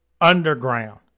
Underground